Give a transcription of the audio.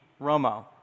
Romo